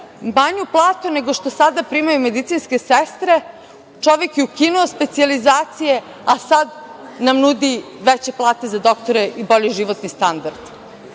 manju platu, nego što sada primaju medicinske sestre. Čovek je ukinuo specijalizacije, a sada nam nudi veće plate za doktore i bolji životni standard.